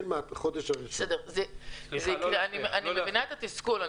אני מבינה את התסכול.